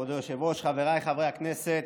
כבוד היושב-ראש, חבריי חברי הכנסת,